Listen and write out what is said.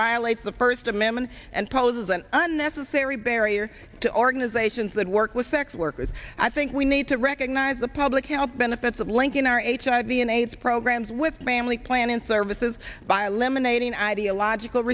violates the first amendment and poses an unnecessary barrier to organizations that work with sex workers i think we need to recognize the public health benefits of linking our h i b in aids programs with family planning services by a lemonade and ideological